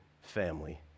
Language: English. family